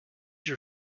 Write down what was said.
your